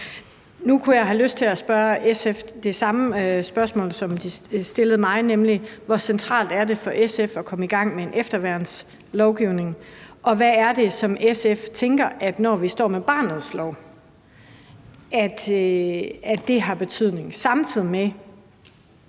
Nu kunne jeg have lyst til at stille SF det samme spørgsmål, som SF stillede mig, nemlig hvor centralt det er for SF at komme i gang med en efterværnslovgivning, og hvad det er, SF tænker det har af betydning, når vi står med barnets lov. Samtidig vil